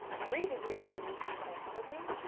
three degrees in bee biology,